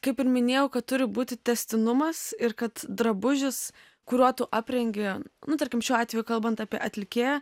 kaip ir minėjau kad turi būti tęstinumas ir kad drabužis kuriuo tu aprengi nu tarkim šiuo atveju kalbant apie atlikėją